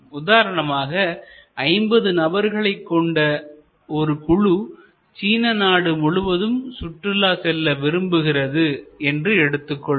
உதாரணமாக 50 நபர்களை கொண்ட ஒரு குழு சீன நாடு முழுவதும் சுற்றுலா செல்ல விரும்புகிறது என்று எடுத்துக்கொள்வோம்